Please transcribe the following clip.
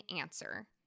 answer